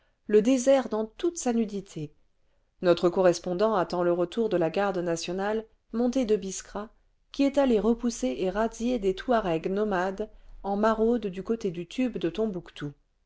le désert dans toute sa nudité notre correspondant attend le retour de la garde nationale montée de biskra qui est allée repousser et razzier des touaregs nomades en maraude du côté du tube de tombouctou